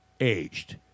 aged